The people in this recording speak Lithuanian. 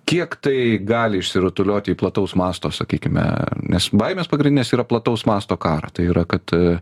kiek tai gali išsirutulioti į plataus masto sakykime nes baimės pagrindinės yra plataus masto karą tai yra kad